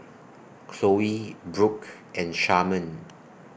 Khloe Brook and Sharman